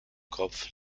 kopf